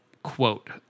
quote